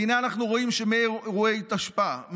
והינה אנחנו רואים שמאירועי תשפ"א,